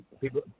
people